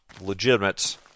legitimate